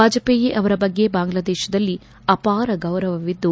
ವಾಜಹೇಯಿ ಅವರ ಬಗ್ಗೆ ಬಾಂಗ್ಲಾದೇಶದಲ್ಲಿ ಅಪಾರ ಗೌರವವಿದ್ದು